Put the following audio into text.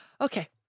Okay